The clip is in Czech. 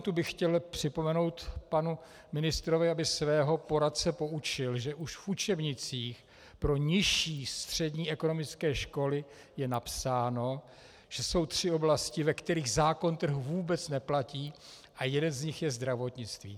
V tomto momentu bych chtěl připomenout panu ministrovi, aby svého poradce poučil, že už v učebnicích pro nižší střední ekonomické školy je napsáno, že jsou tři oblasti, ve kterých zákon trhu vůbec neplatí, a jedna z nich je zdravotnictví.